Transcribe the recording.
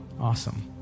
Awesome